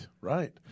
Right